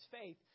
faith